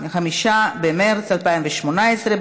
5 במרס 2018,